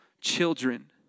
children